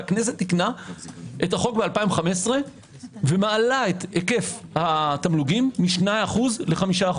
והכנסת תיקנה את החוק ב-2015 ומעלה את היקף התמלוגים מ-2% ל-5%.